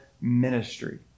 ministry